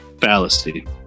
Fallacy